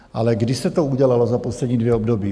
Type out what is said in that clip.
Ale kdy se to udělalo za poslední dvě období?